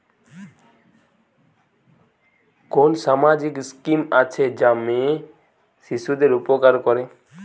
কোন সামাজিক স্কিম আছে যা মেয়ে শিশুদের উপকার করে?